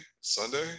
Sunday